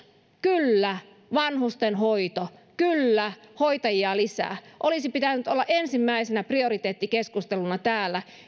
kyllä vanhustenhoito kyllä hoitajia lisää olisi pitänyt olla ensimmäisenä prioriteettikeskusteluna täällä